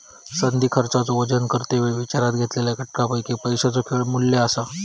संधी खर्चाचो वजन करते वेळी विचारात घेतलेल्या घटकांपैकी पैशाचो येळ मू्ल्य असा